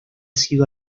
sido